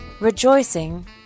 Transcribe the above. Rejoicing